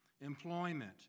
employment